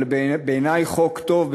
אבל בעיני חוק טוב,